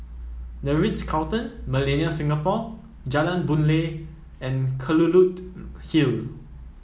The Ritz Carlton Millenia Singapore Jalan Boon Lay and Kelulut Hill